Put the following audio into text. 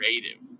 creative